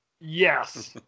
yes